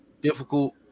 difficult